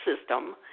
system